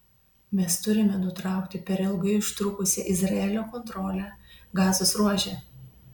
mes turime nutraukti per ilgai užtrukusią izraelio kontrolę gazos ruože